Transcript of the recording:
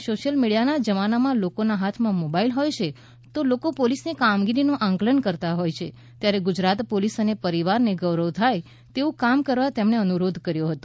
સો શીયલ મીડિયાના જમાનામાં લોકોના હાથમાં મોબાઇલ હોય છે લોકો પોલીસની કામગીરીનું આકલન કરતા હોય છે ત્યારે ગુજરાત પોલીસ અને પરિવારને ગૌરવ થાય તેવું કામ કરવા તેમણે અનુરોધ કર્યો હતો